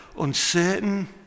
uncertain